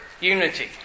unity